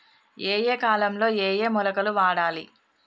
ఏయే కాలంలో ఏయే మొలకలు వాడాలి?